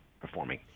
performing